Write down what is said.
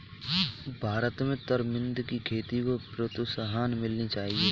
भारत में तरमिंद की खेती को प्रोत्साहन मिलनी चाहिए